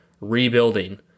rebuilding